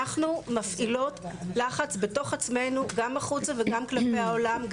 אנחנו מפעילות לחץ בתוך עצמנו גם החוצה וגם כלפי העולם,